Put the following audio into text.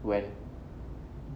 when